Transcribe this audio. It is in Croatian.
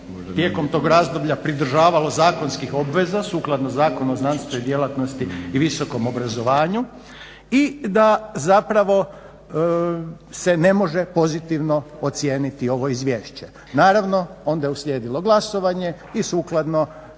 tijekom tog razdoblja pridržavalo zakonskih obveza sukladno Zakonu o znanstvenoj djelatnosti i visokom obrazovanju i da zapravo se ne može pozitivno ocijeniti ovo izvješće. Naravno onda je uslijedilo glasovanje i sukladno